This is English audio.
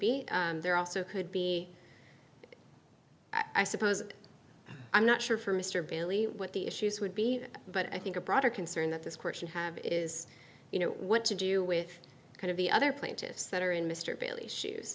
be there also could be i suppose i'm not sure for mr bailey what the issues would be but i think a broader concern that this question have is you know what to do with kind of the other plaintiffs that are in mr bailey shoes